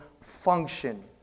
function